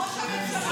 ראש הממשלה.